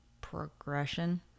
progression